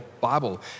Bible